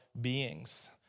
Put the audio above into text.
beings